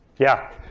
yeah.